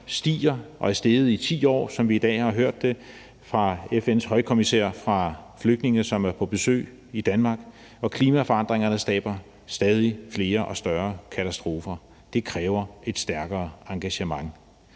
stiger og er steget i 10 år, som vi i dag har hørt det fra FN's højkommissær for flygtninge, som er på besøg i Danmark; og klimaforandringerne skaber stadig flere og større katastrofer. Det kræver et stærkere engagement.